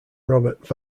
robert